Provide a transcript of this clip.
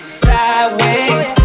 sideways